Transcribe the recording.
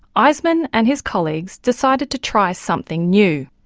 eiseman and his colleagues decided to try something new.